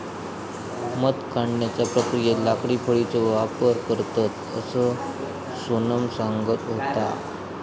मध काढण्याच्या प्रक्रियेत लाकडी फळीचो वापर करतत, असा सोनम सांगत होता